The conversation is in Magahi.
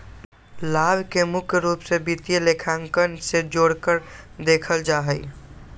लाभ के मुख्य रूप से वित्तीय लेखांकन से जोडकर देखल जा हई